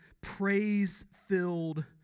praise-filled